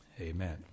Amen